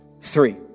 three